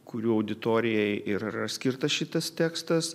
kurių auditorijai ir yra skirtas šitas tekstas